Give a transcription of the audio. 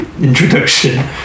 introduction